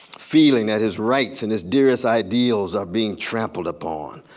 feeling that is right and as dear as ideals are being trampled upon,